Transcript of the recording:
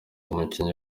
umukinnyi